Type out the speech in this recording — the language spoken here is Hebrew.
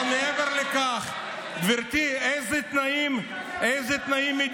אבל מעבר לכך, גברתי, אילו תנאים מדיניים?